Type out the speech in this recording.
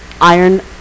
iron